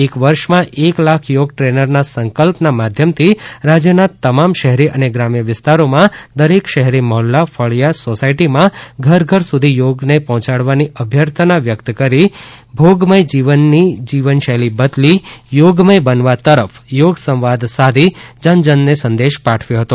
એક વર્ષમાં એક લાખ યોગ ટ્રેનરના સંકલ્પના માધ્યમથી રાજ્યના તમામ શહેરી અને ગ્રામ્ય વિસ્તારોમાં દરેક શેરી મહોલ્લા ફળીયા સોસાયટીમાં ઘર ઘર સુધી યોગને પહોંચાડવાની અભ્યર્થના વ્યક્ત કરી ભોગમય જીવનની જીવન શૈલી બદલી યોગમય બનાવવા તરફ યોગસંવાદ સાધી જનજનને સંદેશ પાઠવ્યો હતો